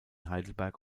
heidelberg